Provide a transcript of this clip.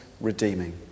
redeeming